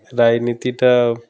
ରାଜନୀତିଟା